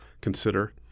consider